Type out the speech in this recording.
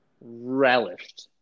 relished